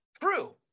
true